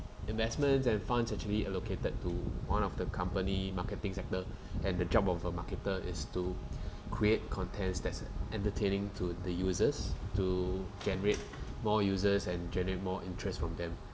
investments and funds actually allocated to one of the company marketing sector and the job of a marketer is to create contents that is entertaining to the users to generate more users and generate more interest from them